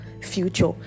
future